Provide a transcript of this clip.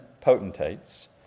potentates